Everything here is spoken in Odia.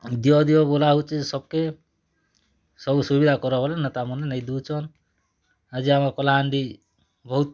ଦିଅ ଦିଅ ବୋଲା ହଉଛେ ସବ୍ କେ ସବୁ ସୁବିଧା କରା ବୋଲେ ନେତାମାନେ ନେଇଁ ଦଉଛନ୍ ଆଜି ଆମ କଲାହାଣ୍ଡି ବହୁତ